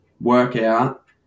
workout